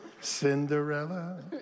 cinderella